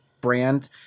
brand